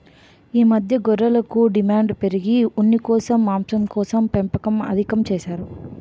ఈ మధ్య గొర్రెలకు డిమాండు పెరిగి ఉన్నికోసం, మాంసంకోసం పెంపకం అధికం చేసారు